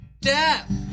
Death